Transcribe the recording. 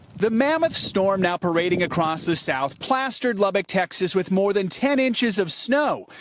the mammoth storm now parading across the south plastered lubbock texas with more than ten inches of snow.